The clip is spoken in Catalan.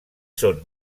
són